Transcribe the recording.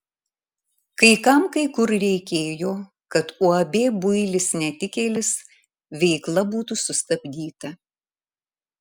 kai kam kai kur reikėjo kad uab builis netikėlis veikla būtų sustabdyta